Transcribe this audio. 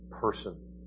person